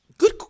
Good